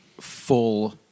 full